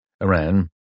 Iran